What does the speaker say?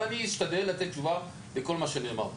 אבל אני אשתדל לתת תשובה לכל מה שנאמר פה,